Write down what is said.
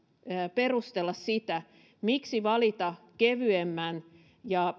perustella sitä miksi valita kevyemmän ja